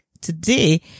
today